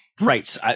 Right